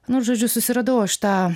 nu žodžiu susiradau aš tą